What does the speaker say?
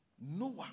Noah